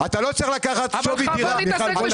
אתה לא צריך לקחת שווי דירה --- אבל חבל להתעסק בשטויות.